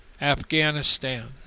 Afghanistan